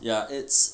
ya it's